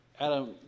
Adam